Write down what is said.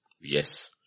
Yes